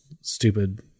stupid